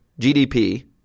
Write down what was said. GDP –